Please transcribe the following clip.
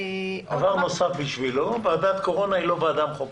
דבר נוסף בשבילו: ועדת הקורונה היא לא ועדת מחוקקת.